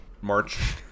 March